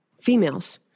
females